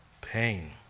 pain